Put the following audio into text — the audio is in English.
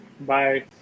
bye